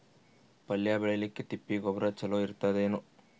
ಪಲ್ಯ ಬೇಳಿಲಿಕ್ಕೆ ತಿಪ್ಪಿ ಗೊಬ್ಬರ ಚಲೋ ಇರತದೇನು?